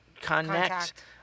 connect